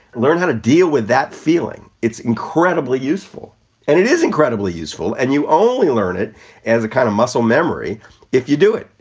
learn how to deal with that feeling. it's incredibly useful and it is incredibly useful. and you only learn it as a kind of muscle memory if you do it,